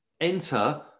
enter